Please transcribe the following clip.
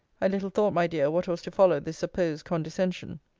i little thought, my dear, what was to follow this supposed condescension.